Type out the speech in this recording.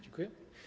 Dziękuję.